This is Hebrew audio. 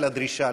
אלא דרישה,